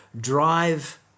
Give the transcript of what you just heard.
drive